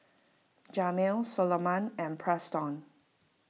Jamel Soloman and Preston